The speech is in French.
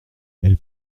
elles